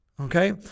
Okay